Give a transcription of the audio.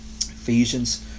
Ephesians